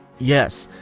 yes,